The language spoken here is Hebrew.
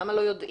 למה לא יודעים?